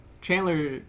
Chandler